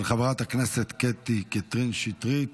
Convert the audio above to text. של חברת הכנסת קטי קטרין שטרית.